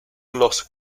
los